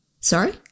Sorry